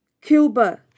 Cuba